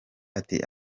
ati